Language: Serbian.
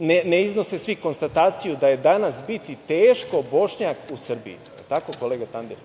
ne iznose svi konstataciju da je danas biti teško Bošnjak u Srbiji. Da li je tako kolega Tandir?